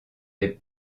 des